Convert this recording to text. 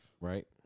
right